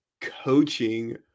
coaching